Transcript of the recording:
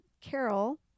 Carol